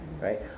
right